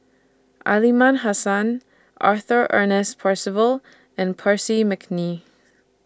Aliman Hassan Arthur Ernest Percival and Percy Mcneice